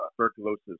tuberculosis